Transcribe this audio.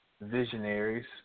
visionaries